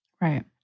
right